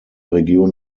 region